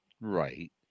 right